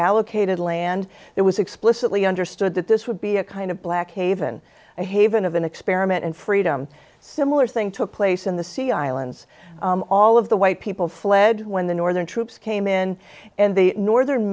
allocated land it was explicitly understood that this would be a kind of black haven a haven of an experiment and freedom similar thing took place in the sea islands all of the white people fled when the northern troops came in and the northern